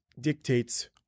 dictates